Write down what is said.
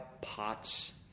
pots